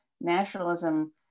nationalism